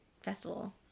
festival